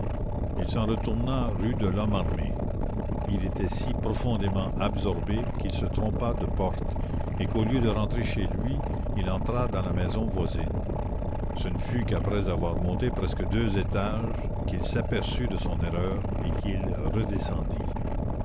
il s'en retourna rue de lhomme armé il était si profondément absorbé qu'il se trompa de porte et qu'au lieu de rentrer chez lui il entra dans la maison voisine ce ne fut qu'après avoir monté presque deux étages qu'il s'aperçut de son erreur et qu'il redescendit